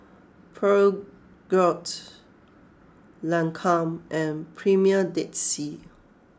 Peugeot Lancome and Premier Dead Sea